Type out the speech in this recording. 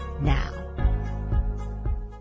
now